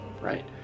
right